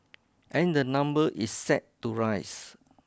and the number is set to rise